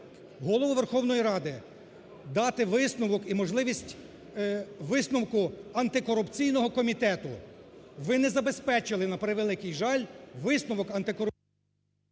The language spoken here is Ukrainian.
Голову Верховної Ради дати висновок і можливість висновку антикорупційного комітету. Ви не забезпечили, на превеликий жаль висновок… ГОЛОВУЮЧИЙ.